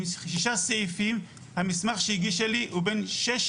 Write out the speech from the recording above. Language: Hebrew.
עם שישה סעיפים והמסמך שהיא הגישה לי הוא בן שש